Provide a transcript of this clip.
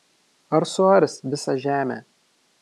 ar suars visą žemę